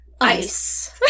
Ice